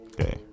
Okay